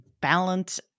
balance